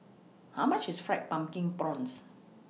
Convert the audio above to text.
How much IS Fried Pumpkin Prawns